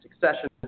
succession